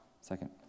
Second